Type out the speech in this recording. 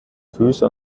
füße